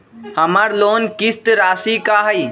हमर लोन किस्त राशि का हई?